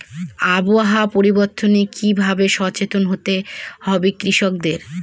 আবহাওয়া পরিবর্তনের কি ভাবে সচেতন হতে হবে কৃষকদের?